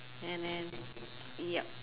and then yup